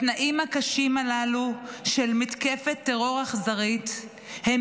בתנאים הקשים הללו של מתקפת טרור אכזרית הם